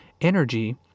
energy